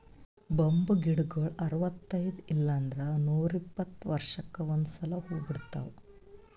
bamboo ಗಿಡಗೊಳ್ ಅರವತೈದ್ ಇಲ್ಲಂದ್ರ ನೂರಿಪ್ಪತ್ತ ವರ್ಷಕ್ಕ್ ಒಂದ್ಸಲಾ ಹೂವಾ ಬಿಡ್ತಾವ್